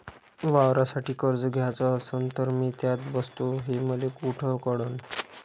वावरासाठी कर्ज घ्याचं असन तर मी त्यात बसतो हे मले कुठ कळन?